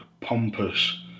pompous